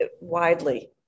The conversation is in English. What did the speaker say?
widely